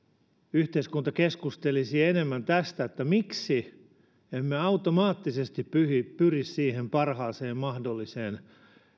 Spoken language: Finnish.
yhteiskunta keskustelisi enemmän siitä miksi emme automaattisesti pyri pyri siihen parhaaseen mahdolliseen